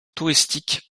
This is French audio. touristique